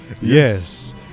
Yes